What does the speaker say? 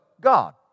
God